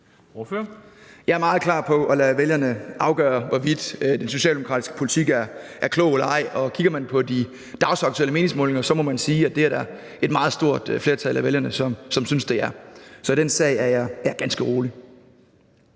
Jeg er meget klar på at lade vælgerne afgøre, hvorvidt den socialdemokratiske politik er klog eller ej. Og kigger man på de dagsaktuelle meningsmålinger, må man sige, at det er der et meget stort flertal af vælgerne som synes den er. Så i den sag er jeg ganske rolig.